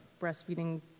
breastfeeding